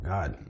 God